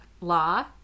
law